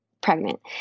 pregnant